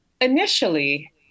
initially